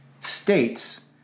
states